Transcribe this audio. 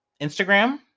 Instagram